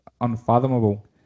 unfathomable